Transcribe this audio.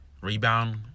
Rebound